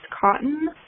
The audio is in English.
cotton